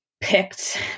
picked